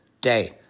day